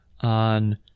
on